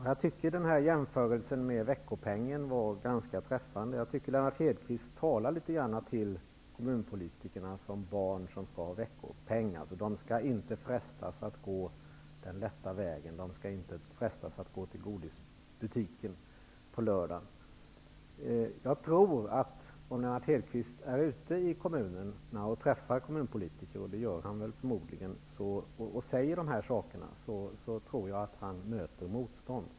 Herr talman! Jämförelsen med veckopengen tycker jag var ganska träffande. Lennart Hedquist talar litetgrand till kommunpolitikerna som till barn som skall ha veckopeng -- de skall inte frestas att gå den lätta vägen eller att gå till godisbutiken på lördagen. Om Lennart Hedquist ute i kommunerna träffar kommunpolitiker, vilket han förmodligen gör, och uttrycker sig på samma sätt så tror jag att han möter motstånd.